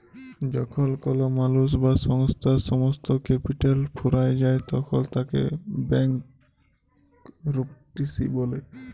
যখল কল মালুস বা সংস্থার সমস্ত ক্যাপিটাল ফুরাঁয় যায় তখল তাকে ব্যাংকরূপটিসি ব্যলে